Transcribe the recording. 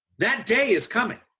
that day is coming.